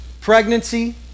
pregnancy